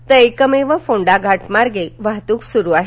तर एकमेव फोंडाघाट मार्गे वाहतूक सुरु आहे